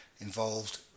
involved